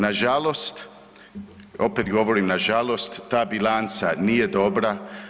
Nažalost opet govorim nažalost ta bilanca nije dobra.